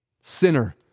Sinner